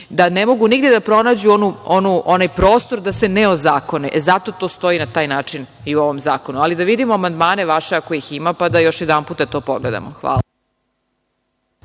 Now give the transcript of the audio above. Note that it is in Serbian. da ne mogu nigde da pronađu onaj prostor da se ne ozakone. Zato to stoji na taj način i u ovom zakonu. Ali, da vidimo vaše amandmane, ako ih ima, pa da još jedanput to pogledamo. Hvala.